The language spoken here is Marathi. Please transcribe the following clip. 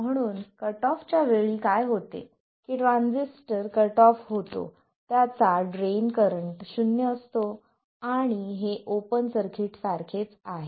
म्हणून कट ऑफ च्या वेळी काय होते की ट्रान्झिस्टर कट ऑफ होतो त्याचा ड्रेन करंट 0 असतो आणि हे ओपन सर्किट सारखेच आहे